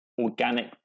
organic